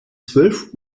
zwölf